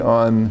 on